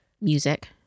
Music